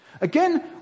again